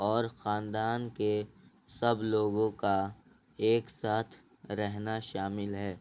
اور خاندان کے سب لوگوں کا ایک ساتھ رہنا شامل ہے